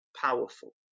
powerful